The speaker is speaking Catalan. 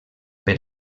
per